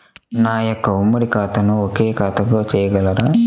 నా యొక్క ఉమ్మడి ఖాతాను ఒకే ఖాతాగా చేయగలరా?